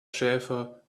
schäfer